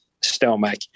stomach